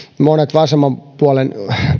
monet vasemman puolen